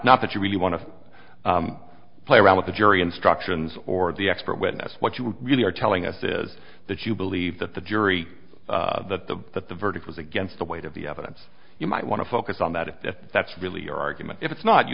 not that you really want to play around with the jury instructions or the expert witness what you really are telling us is that you believe that the jury that the that the verdict was against the weight of the evidence you might want to focus on that that's really your argument if it's not you